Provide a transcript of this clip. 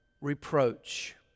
reproach